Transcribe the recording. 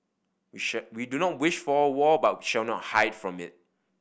we we do not wish for a war but shall not hide from it